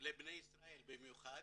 לבני ישראל במיוחד,